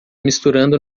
misturando